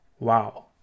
Wow